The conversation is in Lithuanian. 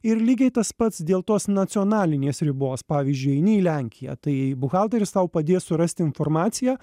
ir lygiai tas pats dėl tos nacionalinės ribos pavyzdžiui eini į lenkiją tai buhalteris tau padės surast informaciją